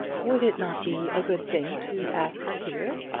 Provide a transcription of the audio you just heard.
would it not be a good thing to ask her here?